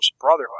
Brotherhood